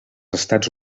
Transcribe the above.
estats